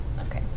Okay